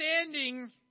standing